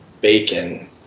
bacon